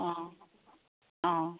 অঁ অঁ